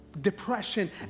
depression